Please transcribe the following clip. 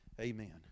Amen